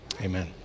Amen